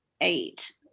eight